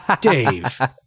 Dave